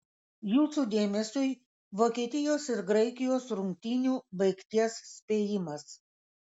jūsų dėmesiui vokietijos ir graikijos rungtynių baigties spėjimas